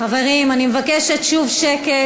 חברים, אני מבקשת שוב שקט.